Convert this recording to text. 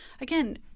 again